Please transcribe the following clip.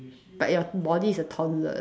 but your body is a toddler's